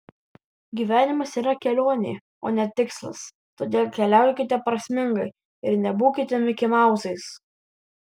gyvenimas yra kelionė o ne tikslas todėl keliaukite prasmingai ir nebūkite mikimauzais